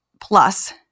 plus